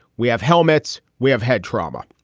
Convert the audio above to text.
we have helmets, we have head trauma.